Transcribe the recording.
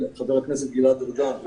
חבר הכנסת גלעד ארדן,